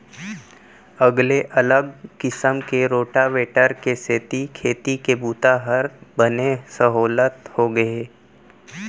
अगले अलग किसम के रोटावेटर के सेती खेती के बूता हर बने सहोल्लत होगे हे